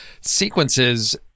sequences